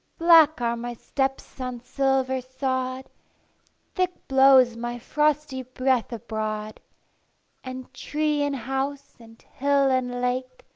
black are my steps on silver sod thick blows my frosty breath abroad and tree and house, and hill and lake,